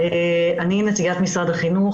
אני נציגת משרד החינוך.